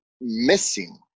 missing